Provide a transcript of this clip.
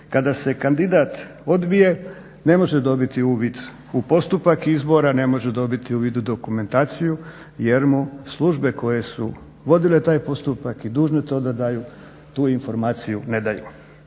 kada se kandidat odbije ne može dobiti uvid u postupak izbora, ne može dobiti uvid u dokumentaciju jer mu službe koje su vodile taj postupak i dužne to da daju, tu informaciju ne daju.